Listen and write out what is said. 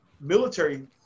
military